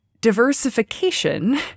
diversification